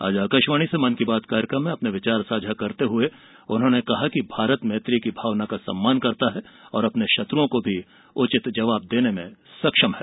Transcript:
आज आकाशवाणी से मन की बात कार्यक्रम में अपने विचार साझा करते हुए उन्होंने कहा कि भारत मैत्री की भावना का सम्मान करता है और अपने शत्रुओं को भी उचित जबाब देने में सक्षम है